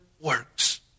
works